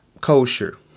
kosher